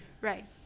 Right